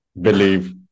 believe